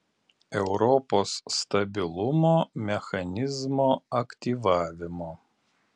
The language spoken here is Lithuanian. europos stabilumo mechanizmo aktyvavimo